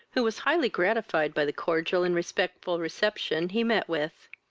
who was highly gratified by the cordial and respectful reception he met with.